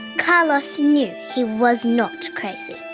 carlos knew he was not crazy.